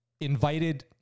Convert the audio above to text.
invited